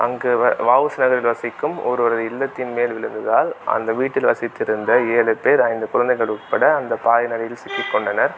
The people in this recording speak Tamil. அ அங்கே வர் வ உ சி நகரில் வசிக்கும் ஒருவரது இல்லத்தின் மேல் விழுந்ததால் அந்த வீட்டில் வசித்திருந்த ஏழு பேர் ஐந்து குழந்தைகள் உட்பட அந்தப் பாறையின் நடுவில் சிக்கிக்கொண்டனர்